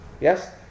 Yes